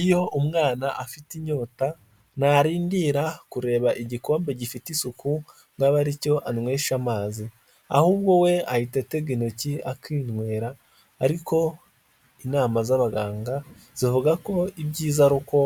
Iyo umwana afite inyota ntarindira kureba igikombe gifite isuku ngo abe aricyo anywesha amazi, ahubwo we ahita atega intoki akinywera ariko inama z'abaganga zivuga ko ibyiza ari uko